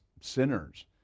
sinners